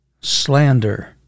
slander